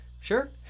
Sure